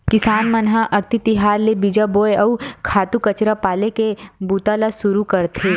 किसान मन ह अक्ति तिहार ले बीजा बोए, अउ खातू कचरा पाले के बूता ल सुरू करथे